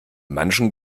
manchen